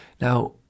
Now